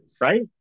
Right